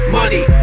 money